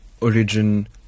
origin